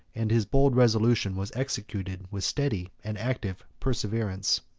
and his bold resolution was executed with steady and active perseverance.